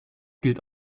gilt